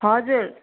हजुर